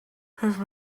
have